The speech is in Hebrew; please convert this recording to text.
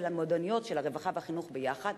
של המועדוניות של הרווחה והחינוך ביחד,